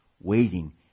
waiting